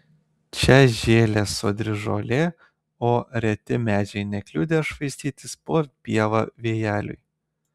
čia žėlė sodri žolė o reti medžiai nekliudė švaistytis po pievą vėjeliui